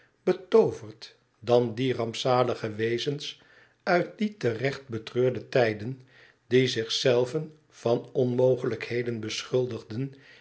betooverd dan die rampzalige wezens uit die te recht betreurde tijden die zich zelven van onmogelijkheden beschuldigden